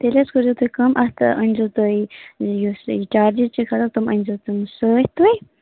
تیٚلہِ حظ کٔرۍزیٚو تُہی کٲم اَتھ آ أنۍزیٚو تُہی یُس یہِ چارجِز چھِ کھسان تِم أنۍزیٚو تِم سۭتۍ تُہۍ